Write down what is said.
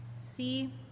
See